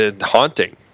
haunting